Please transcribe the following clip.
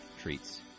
treats